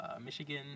Michigan